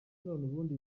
ubundi